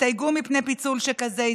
הסתייגו מפני פיצול שכזה.